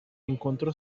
encontró